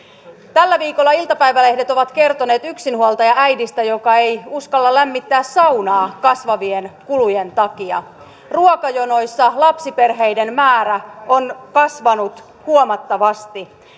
tällä viikolla iltapäivälehdet ovat kertoneet yksinhuoltajaäidistä joka ei uskalla lämmittää saunaa kasvavien kulujen takia ruokajonoissa lapsiperheiden määrä on kasvanut huomattavasti